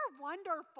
wonderful